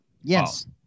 Yes